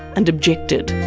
and objected.